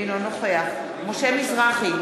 אינו נוכח משה מזרחי,